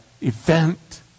event